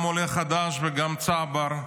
גם עולה חדש וגם צבר,